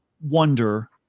wonder